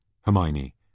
Hermione